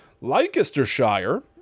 Leicestershire